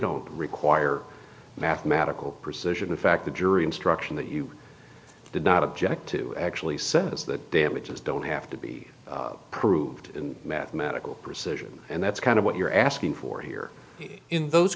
don't require mathematical precision in fact the jury instruction that you did not object to actually says that damages don't have to be proved in mathematical precision and that's kind of what you're asking for here in those